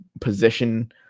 position